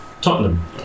Tottenham